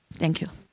thank you.